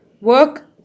work